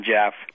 Jeff